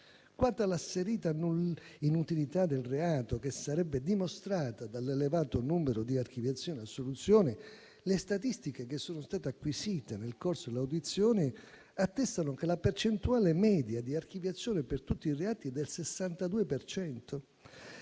Quanto all'asserita inutilità del reato, che sarebbe dimostrata dall'elevato numero di archiviazioni e assoluzioni, le statistiche che sono state acquisite nel corso dell'audizione attestano che la percentuale media di archiviazione per tutti i reati è del 62